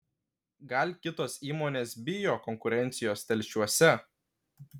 gal kitos įmonės bijo konkurencijos telšiuose